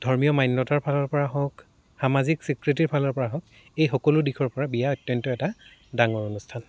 ধৰ্মীয় মান্যতাৰ ফালৰ পৰা হওক সামাজিক স্বীকৃতিৰ ফালৰ পৰা হওক এই সকলো দিশৰ পৰা বিয়া অত্যন্ত এটা ডাঙৰ অনুষ্ঠান